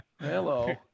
Hello